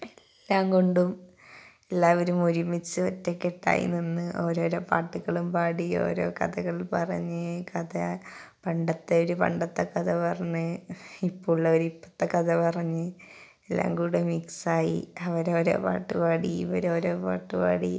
എല്ലാം കൊണ്ടും എല്ലാവരും ഒരുമിച്ച് ഒറ്റക്കെട്ടായി നിന്ന് ഓരോരോ പാട്ടുകളും പാടി ഓരോ കഥകള് പറഞ്ഞ് കഥ പണ്ടത്തെ ഒരു പണ്ടത്തെ കഥ പറഞ്ഞ് ഇപ്പം ഉള്ളവർ ഇപ്പോഴത്തെ കഥ പറഞ്ഞ് എല്ലാം കൂടെ മിക്സായി അവരോരോ പാട്ട് പാടി ഇവരോരോ പാട്ട് പാടി